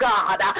God